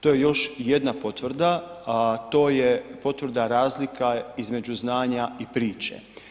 To je još jedna potvrda a to je potvrda, razlika između znanja i priče.